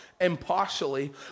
impartially